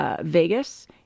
Vegas